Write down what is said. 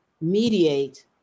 mediate